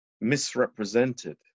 misrepresented